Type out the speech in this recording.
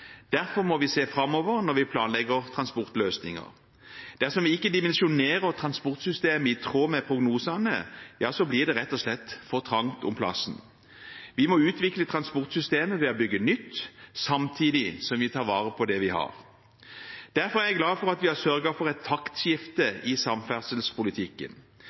derfor må vi se framover når vi planlegger transportløsninger. Dersom vi ikke dimensjonerer transportsystemet i tråd med prognosene, blir det rett og slett for trangt om plassen. Vi må utvikle transportsystemet ved å bygge nytt, samtidig som vi tar vare på det vi har. Derfor er jeg glad for at vi har sørget for et taktskifte i samferdselspolitikken.